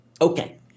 Okay